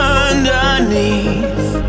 underneath